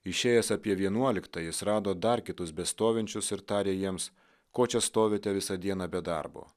išėjęs apie vienuoliktą jis rado dar kitus bestovinčius ir tarė jiems ko čia stovite visą dieną be darbo